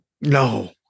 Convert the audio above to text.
No